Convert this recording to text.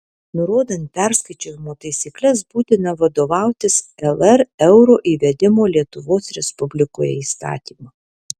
nurodant perskaičiavimo taisykles būtina vadovautis lr euro įvedimo lietuvos respublikoje įstatymu